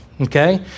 okay